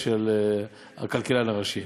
ועם מרכז המחקרים של הכלכלן הראשי.